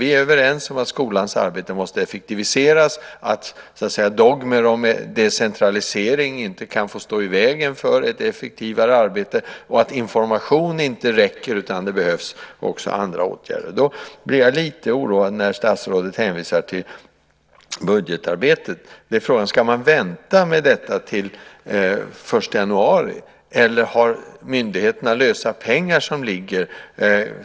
Vi är överens om att skolans arbete måste effektiviseras, att dogmer om decentralisering inte kan få stå i vägen för ett effektivare arbete och att information inte räcker utan att det behövs också andra åtgärder. Då blir jag lite oroad när statsrådet hänvisar till budgetarbetet. Frågan är: Ska man vänta med detta till den 1 januari, eller har myndigheterna lösa pengar liggande?